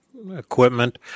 equipment